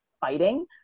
fighting